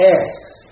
asks